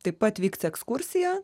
taip pat vyks ekskursija